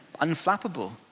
unflappable